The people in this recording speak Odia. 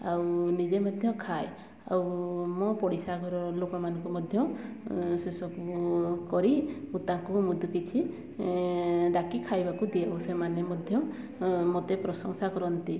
ଆଉ ନିଜେ ମଧ୍ୟ ଖାଏ ଆଉ ମୋ ପଡ଼ିଶା ଘରର ଲୋକମାନଙ୍କୁ ମଧ୍ୟ ସେସବୁ କରି ମୁଁ ତାଙ୍କୁ ମଧ୍ୟ କିଛି ଡାକି ଖାଇବାକୁ ଦିଏ ଓ ସେମାନେ ମଧ୍ୟ ମୋତେ ପ୍ରଶଂସା କରନ୍ତି